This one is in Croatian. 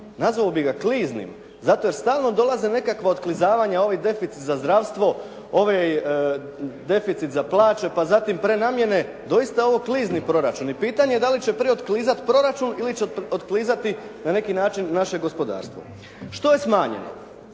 nazvao bih ga kliznim. Zato jer stalno dolaze nekakva otklizavanja, ovaj deficit za zdravstvo, ovaj deficit za plaće, pa zatim prenamjene doista je ovo klizni proračun i pitanje je da li će prije otklizati proračun ili će otklizati na neki način naše gospodarstvo? Što je smanjeno?